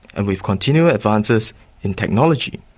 and with continual advances in technology,